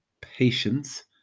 patience